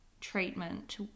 treatment